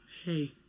Hey